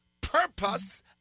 purpose